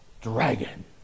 dragon